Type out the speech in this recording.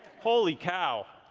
holy cow,